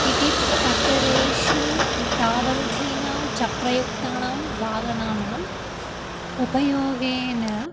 इति पटलेषु धावन्तीनां चक्रयुक्तानां वाहनानाम् उपयोगेन